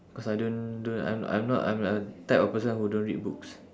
because I don't don't I'm I'm not I'm a type of person who don't read books